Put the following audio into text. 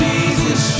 Jesus